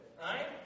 Right